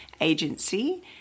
agency